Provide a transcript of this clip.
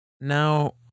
Now